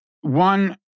one